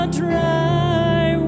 dry